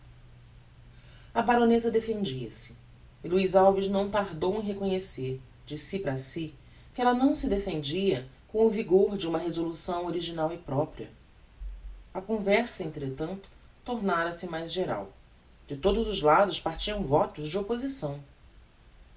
a baroneza defendia se e luiz alves não tardou em reconhecer de si para si que ella não se defendia com o vigor de uma resolução original e propria a conversa entretanto tornára se mais geral de todos os lados partiam votos de opposição